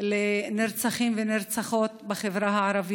לנרצחים ונרצחות בחברה הערבית.